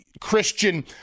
Christian